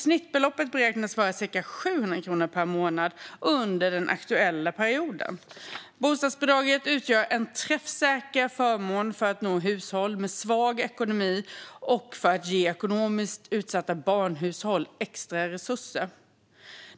Snittbeloppet beräknas till cirka 700 kronor per månad under den aktuella perioden. Bostadsbidraget utgör en träffsäker förmån för att nå hushåll med svag ekonomi och för att ge ekonomiskt utsatta barnhushåll extra resurser.